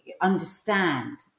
understand